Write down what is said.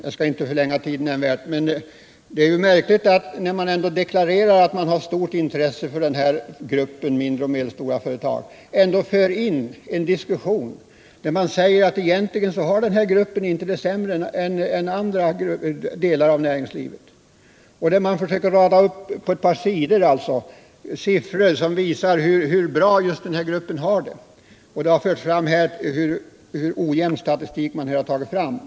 Jag skall inte förlänga debatten nämnvärt, men jag finner det märkligt att socialdemokraterna när de deklarerar att de har stort intresse för gruppen mindre och medelstora företag ändå för in en diskussion om att den gruppen egentligen inte har det sämre än andra delar av näringslivet. På ett par sidor radar man upp siffror som visar hur bra just den här gruppen har det. Det har redan framhållits här hur ojämn statistik man tagit fram.